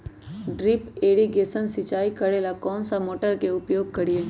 Drip irrigation सिंचाई करेला कौन सा मोटर के उपयोग करियई?